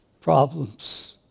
problems